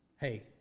Hey